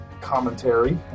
commentary